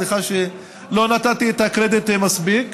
סליחה שלא נתתי את הקרדיט מספיק,